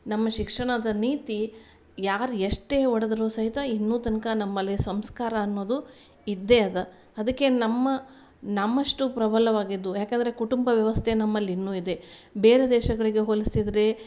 ನಮ್ಮ ಶಿಕ್ಷಣದ ನೀತಿ ಯಾರು ಎಷ್ಟೇ ಒಡೆದರು ಸಹಿತ ಇನ್ನು ತನಕ ನಮ್ಮಲ್ಲಿ ಸಂಸ್ಕಾರ ಅನ್ನೋದು ಇದ್ದೇ ಅದ ಅದಕ್ಕೆ ನಮ್ಮ ನಮ್ಮಷ್ಟು ಪ್ರಬಲವಾಗಿದ್ದು ಯಾಕೆಂದರೆ ಕುಟುಂಬ ವ್ಯವಸ್ಥೆ ನಮ್ಮಲ್ಲಿನ್ನು ಇದೆ ಬೇರೆ ದೇಶಗಳಿಗೆ ಹೋಲಿಸಿದ್ದರೆ